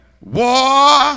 War